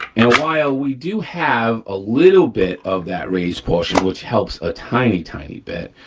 and while we do have a little bit of that raised portion, which helps a tiny, tiny bit.